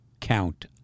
count